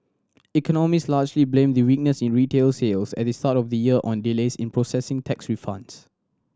economists largely blame the weakness in retail sales at the start of the year on delays in processing tax refunds